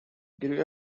grew